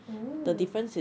oh